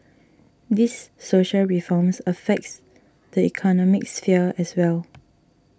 these social reforms affects the economic sphere as well